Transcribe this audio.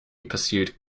pursued